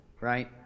Right